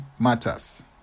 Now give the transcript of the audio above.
matters